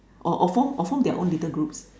or or form form their own little groups